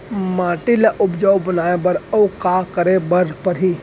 माटी ल उपजाऊ बनाए बर अऊ का करे बर परही?